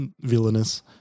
villainous